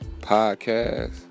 podcast